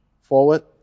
forward